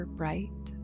bright